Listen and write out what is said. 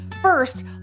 First